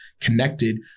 connected